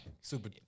super